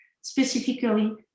specifically